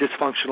dysfunctional